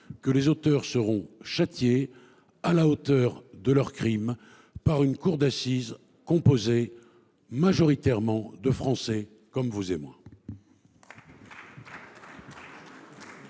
de ces faits seront châtiés, à la hauteur de leurs crimes, par une cour d’assises composée majoritairement de Français comme vous et moi.